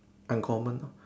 uncommon lor